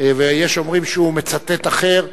ויש אומרים שהוא מצטט אחר,